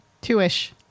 two-ish